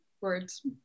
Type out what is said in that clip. words